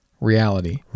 reality